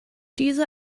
diese